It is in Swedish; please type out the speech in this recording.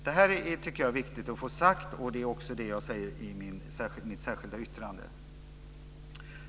Det här tycker jag är viktigt att få sagt, och det säger jag också i mitt särskilda yttrande.